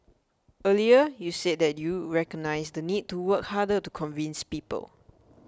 earlier you said that you recognise the need to work harder to convince people